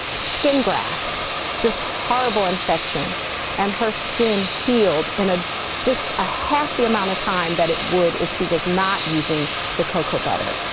skin grafts just horrible infection and her skin healed in ah just a half the amount of time that it would if she was not using the cocoa butter.